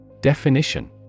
Definition